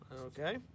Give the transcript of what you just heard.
Okay